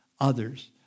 others